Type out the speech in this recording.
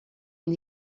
une